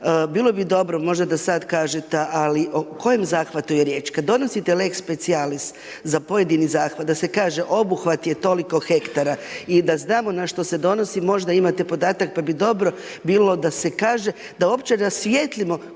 bilo bi dobro možda da sada kažete, ali o kojem zahvatu je riječ? Kada donosite lex specialis za pojedini zahvat da se kaže obuhvat je toliko hektara i da znamo na što se donosi, možda imate podatak, pa bi dobro bilo da se kaže da opće rasvijetlimo